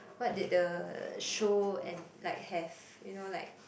what did the show and like have you know like